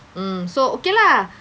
mm so okay lah